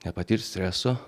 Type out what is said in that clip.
nepatirt streso